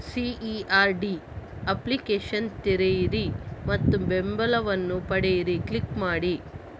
CERD application ತೆರೆಯಿರಿ ಮತ್ತು ಬೆಂಬಲವನ್ನು ಪಡೆಯಿರಿ ಕ್ಲಿಕ್ ಮಾಡಿ